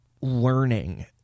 learning